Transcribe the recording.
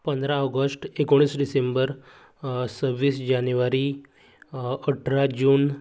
पंदरा ऑगस्ट एकोणीस डिसेंबर सव्वीस जानेवारी अठरा जून